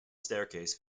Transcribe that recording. staircase